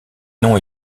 noms